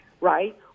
right